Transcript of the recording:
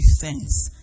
thanks